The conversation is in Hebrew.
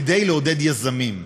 כדי לעודד יזמים.